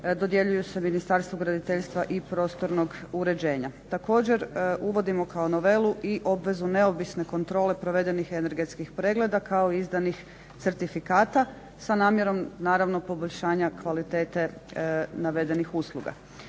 dodjeljuju se Ministarstvu graditeljstva i prostornog uređenja. Također uvodimo kao novelu i obvezu neovisne kontrole provedenih energetskih pregleda kao i izdanih certifikata sa namjerom naravno poboljšanja kvalitete navedenih usluga.